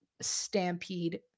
Stampede